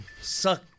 suck